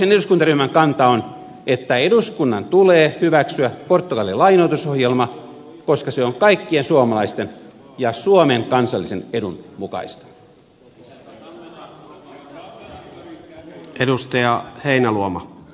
kokoomuksen eduskuntaryhmän kanta on että eduskunnan tulee hyväksyä portugalin lainoitusohjelma koska se on kaikkien suomalaisten ja suomen kansallisen edun mukaista